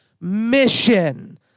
mission